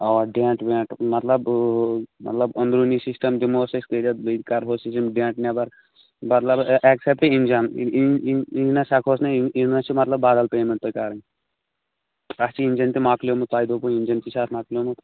آ ڈینٛٹ وینٛٹ مطلب مطلب أنٛدروٗنی سِسٹم دِمہوس أسۍ کٔرِتھ بیٚیہِ کرہوس یِم ڈینٛٹ نیٚبر بدل اگر ایٚکسپٹ اِنٛجن انٛجنس ہٮ۪کوس نہٕ اِنجنس چھُو مطلب بدل پیمنٛٹ تۅہہِ کرٕنۍ اَتھ چھِ اِنجن تہِ مۅکلیٛومُت تۅہہِ دوٚپوٕ اِنجن چھُ اَتھ مۅکلیٛومُت